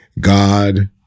God